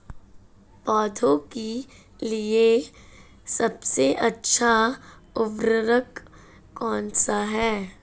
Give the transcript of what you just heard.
पौधों के लिए सबसे अच्छा उर्वरक कौनसा हैं?